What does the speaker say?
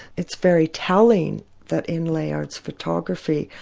it's very telling that in layard's photography,